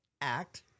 Act